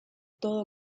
todo